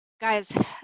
Guys